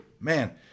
Man